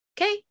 Okay